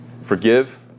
forgive